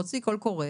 להוציא קול קורא